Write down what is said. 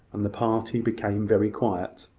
and the party became very quiet.